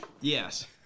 Yes